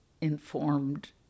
informed